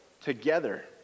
together